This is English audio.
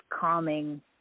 calming